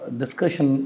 discussion